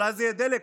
אולי זה יהיה דלק.